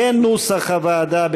כנוסח הוועדה,